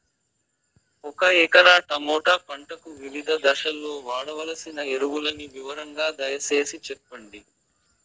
ఒక ఎకరా టమోటా పంటకు వివిధ దశల్లో వాడవలసిన ఎరువులని వివరంగా దయ సేసి చెప్పండి?